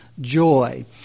joy